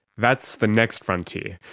that's the next frontier,